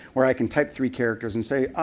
where i can type three characters and say,